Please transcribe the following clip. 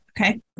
Okay